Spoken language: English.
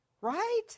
Right